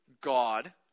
God